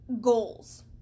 goals